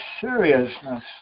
seriousness